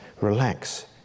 Relax